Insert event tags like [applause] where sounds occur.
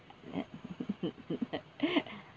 net [laughs]